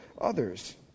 others